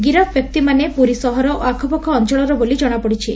ଗିରଫ ବ୍ୟକ୍ତିମାନେ ପୁରୀ ସହର ଓ ଆଖପାଖ ଅଞ୍ଞଳର ବୋଲି ଜଣାପଡିଛି